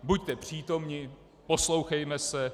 Buďte přítomni, poslouchejme se.